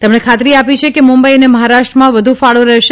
તેમણે ખાત્રી આપી છે કે મુંબઇ અને મહારાષ્ટ્રમાં વધુ ફાળો રહેશે